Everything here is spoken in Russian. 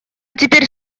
теперь